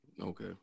Okay